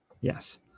Yes